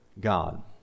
God